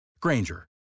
Granger